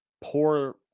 poor